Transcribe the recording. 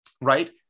right